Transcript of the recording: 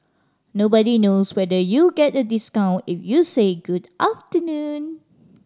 nobody knows whether you'll get a discount if you say good afternoon